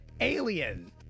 Alien